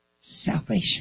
salvation